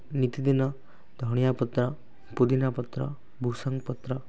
ନିତିଦିନ ଧଣିଆ ପତ୍ର ପୁଦିନା ପତ୍ର ଭୃସଙ୍ଗ ପତ୍ର